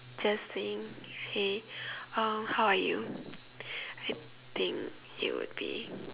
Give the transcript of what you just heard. just saying hey uh how are you I think it would be